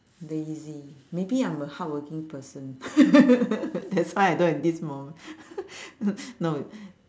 lazy maybe I'm a hardworking person that's why I don't have this moment no